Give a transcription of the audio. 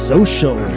Social